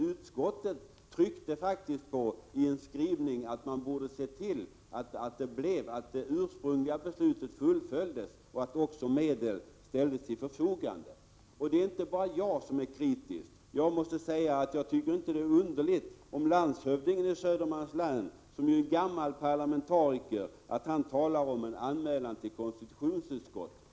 Utskottet tryckte faktiskt i sin skrivning på att man borde se till att det ursprungliga beslutet fullföljdes, och att också medel skulle ställas till förfogande. Det är inte bara jag som är kritisk. Det är inte underligt om landshövdingen i Södermanlands län, som ju är gammal parlamentariker, talar om en anmälan till konstitutionsutskottet.